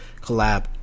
collab